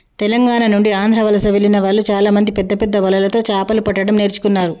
తెలంగాణ నుండి ఆంధ్ర వలస వెళ్లిన వాళ్ళు చాలామంది పెద్దపెద్ద వలలతో చాపలు పట్టడం నేర్చుకున్నారు